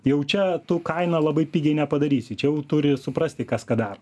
jau čia tu kainą labai pigiai nepadarysi čia jau turi suprasti kas ką daro